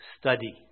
study